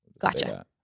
Gotcha